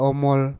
Omol